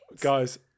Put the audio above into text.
Guys